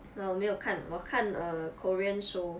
err 我没有看我看 err korean show